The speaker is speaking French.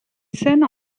scènes